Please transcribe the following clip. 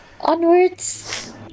Onwards